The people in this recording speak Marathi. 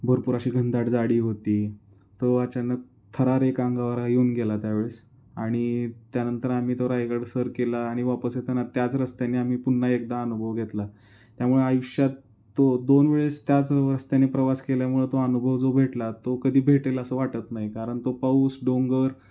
भरपूर अशी घनदाट जाडी होती तो अचानक थरार एक अंगावर येऊन गेला त्यावेळेस आणि त्यानंतर आम्ही तो रायगड सर केला आणि वापस येताना त्याच रस्त्याने आम्ही पुन्हा एकदा अनुभव घेतला त्यामुळे आयुष्यात तो दोन वेळेस त्याच रस्त्याने प्रवास केल्यामुळं तो अनुभव जो भेटला तो कधी भेटेल असं वाटत नाही कारण तो पाऊस डोंगर